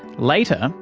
later,